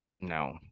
No